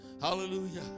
Hallelujah